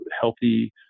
healthy